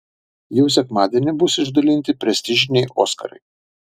jau sekmadienį bus išdalinti prestižiniai oskarai